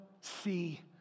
see